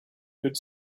good